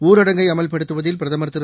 ஊரடங்கை அமல்படுத்துவதில் பிரதமர் திரு